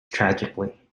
tragically